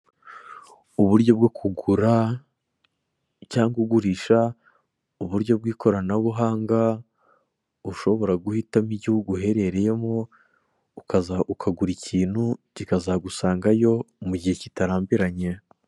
Uburyo bwo kugura cyangwa ugurisha, uburyo bw'ikoranabuhanga ushobora guhitamo igihugu uherereyemo ukaza ukagura ikintu kikazagusangayo mugihe kitarambiranye.